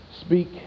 speak